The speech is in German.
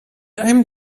einem